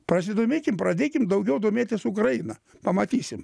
pasidomėkim pradėkim daugiau domėtis ukraina pamatysim